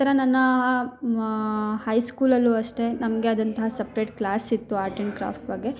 ನಂತರ ನನ್ನ ಮಾ ಹೈಸ್ಕೂಲಲ್ಲು ಅಷ್ಟೇ ನಮಗೆ ಆದಂತಹ ಸಪ್ರೇಟ್ ಕ್ಲಾಸ್ ಇತ್ತು ಆರ್ಟ್ ಆ್ಯಂಡ್ ಕ್ರಾಫ್ಟ್ ಬಗ್ಗೆ